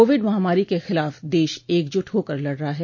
Covid महामारी के खिलाफ देश एकजुट होकर लड़ रहा है